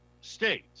state